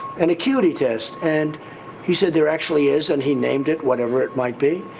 an acuity test? and he said, there actually is, and he named it, whatever it might be.